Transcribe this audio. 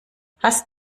hast